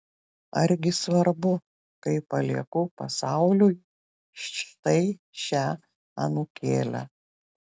argi svarbu kai palieku pasauliui štai šią anūkėlę